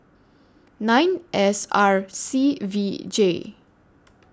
nine S R C V J